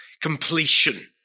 Completion